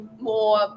more